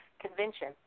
convention